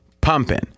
pumping